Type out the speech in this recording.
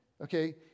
Okay